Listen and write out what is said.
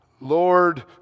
Lord